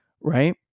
right